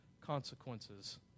consequences